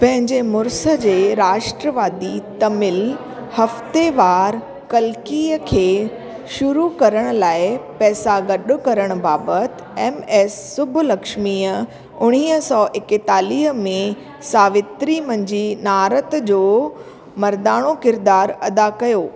पंहिंजे मुड़सु जे राष्ट्रवादी तमिल हफ़्तेवारु कलकीय खे शुरू करणु लाइ पैसा गॾु करणु बाबति ऐम ऐस सुब्बुलक्ष्मीअ उणिवींह सौ एकेतालीह में सावित्री मंझि नारद जो मर्दाणो किरदार अदा कयो